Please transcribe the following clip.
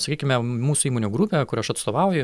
sakykime mūsų įmonių grupė kur aš atstovauju